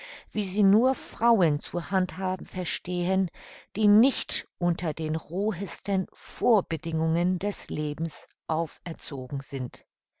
wie sie nur frauen zu handhaben verstehen die nicht unter den rohesten vorbedingungen des lebens auferzogen sind